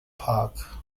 park